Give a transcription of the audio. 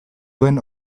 duen